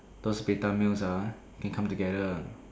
those beta males ah can come together